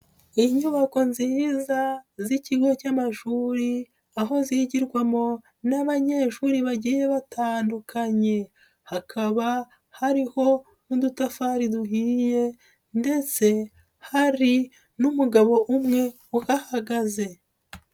Inyubako nziza z'ikigo cy'amashuri aho zigirwamo n'abanyeshuri bagiye batandukanye, hakaba hariho n'udutafari duhiriye ndetse hari n'umugabo umwe uhahagaze.